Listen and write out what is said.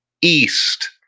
east